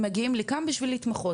הם מגיעים לכאן בשביל להתמחות,